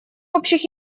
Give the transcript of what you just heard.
общих